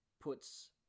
puts